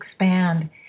expand